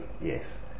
Yes